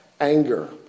anger